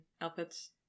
outfits